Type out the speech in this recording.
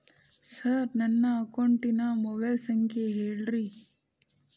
sir ನನ್ನ ಅಕೌಂಟಿನ mobile ಸಂಖ್ಯೆ ಹೇಳಿರಿ